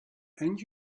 and